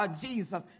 Jesus